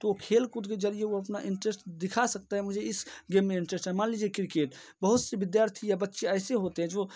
तो वो खेल कूद के जरिए वो अपना इंटरेस्ट दिखा सकता है मुझे इस गेम में इंटरेस्ट है मान लीजिए किरकेट बहुत सी विद्यार्थी या बच्चे ऐसे होते हैं जो